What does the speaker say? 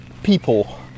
people